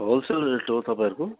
wholesale rate हो तपाईँहरूको